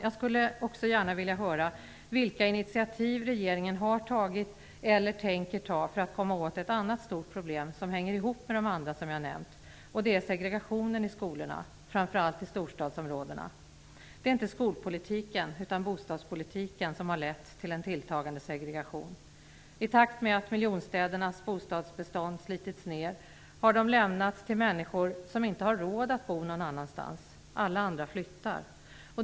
Jag skulle också gärna vilja höra vilka initiativ regeringen har tagit eller tänker ta för att komma åt ett annat stort problem, som hänger ihop med de andra problemen som jag har tagit upp, nämligen segregationen i skolorna, framför allt i storstadsområdena. Det är inte skolpolitiken utan bostadspolitiken som har lett till en tilltagande segregation. I takt med att miljonstädernas bostadsbestånd slitits ner har dessa bostäder lämnats till människor som inte har råd att bo någon annanstans. Alla andra flyttar.